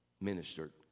ministered